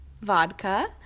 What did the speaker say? vodka